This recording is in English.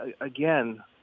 again